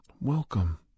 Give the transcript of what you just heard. Welcome